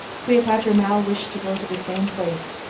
cleopatra now wished to go to the same place,